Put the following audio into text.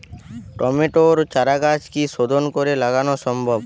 টমেটোর চারাগাছ কি শোধন করে লাগানো সম্ভব?